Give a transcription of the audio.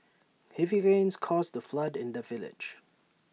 heavy rains caused flood in the village